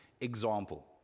example